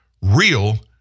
Real